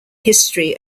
history